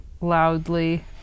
loudly